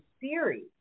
series